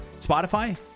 spotify